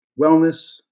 wellness